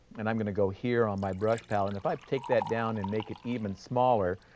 and i'm going to go here on my brush pallet and if i take that down and make it even smaller,